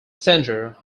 centre